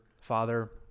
father